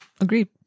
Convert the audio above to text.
Agreed